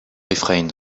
refrain